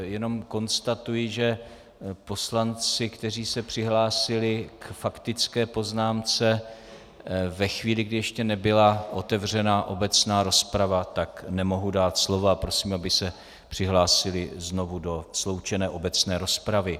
Jenom konstatuji, že poslancům, kteří se přihlásili k faktické poznámce ve chvíli, kdy ještě nebyla otevřena obecná rozprava, nemohu dát slovo, a prosím, aby se přihlásili znovu do sloučené obecné rozpravy.